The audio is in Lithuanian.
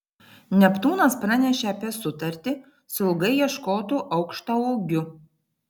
neptūnas pranešė apie sutartį su ilgai ieškotu aukštaūgiu